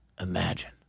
Imagine